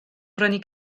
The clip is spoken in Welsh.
brynu